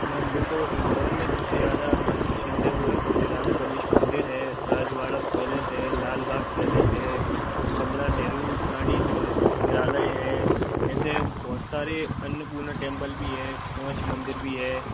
ma'am देखो इंदौर में सबसे ज़्यादा हमारा प्रसिद्ध है वह है खजराना गणेश मंदिर है राजवाड़ा पैलेस है लाल बाग़ पैलेस है कमला नेहरु प्राणी संग्रहालय है ऐसे बहुत सारे अन्नपूर्णा टेम्पल भी है काँच मंदिर भी है